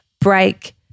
break